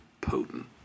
potent